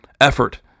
effort